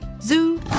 Zoo